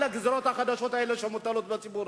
עצמן על הגזירות החדשות האלה שמוטלות על הציבור.